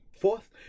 Fourth